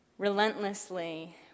Relentlessly